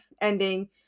ending